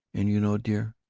and you know, dear,